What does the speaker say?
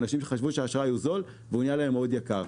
אנשים שחשבו שהאשראי הוא זול והוא נהיה להם מאוד יקר.